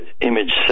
image